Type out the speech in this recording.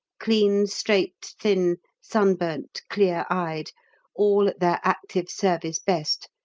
clean, straight, thin, sunburnt, clear-eyed, all at their active service best,